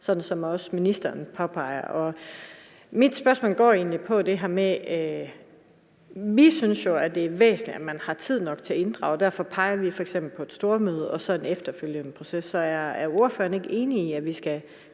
frem, som også ministeren påpeger. Mit spørgsmål går egentlig på det her med, at vi jo synes, det er væsentligt, at man har tid nok til at inddrage folk, og derfor peger vi f.eks. på et stormøde også den efterfølgende proces. Er ordføreren ikke enig i, at vi skal